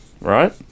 right